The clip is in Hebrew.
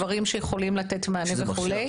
דברים שיכולים לתת מענה וכולי.